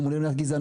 הממונים על גזענות.